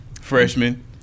freshman